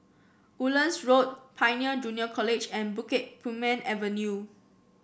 Woodlands Road Pioneer Junior College and Bukit Purmei Avenue